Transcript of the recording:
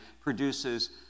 produces